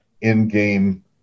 in-game